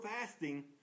fasting